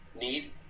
need